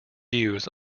views